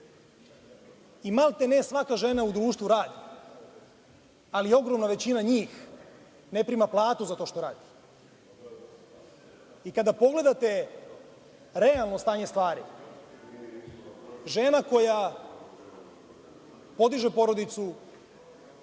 i maltene svaka žena u društvu radi, ali ogromna većina njih ne prima platu za to što radi. I kada pogledate realno stanje stvari, žena koja podiže porodicu,